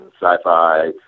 sci-fi